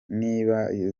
niba